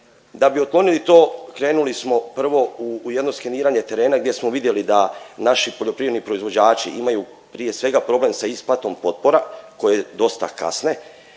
Da bi otklonili to krenuli smo prvo u jedno skeniranje terena gdje smo vidjeli da naši poljoprivredni proizvođači imaju prije svega problem sa isplatom potpora koje dosta kasne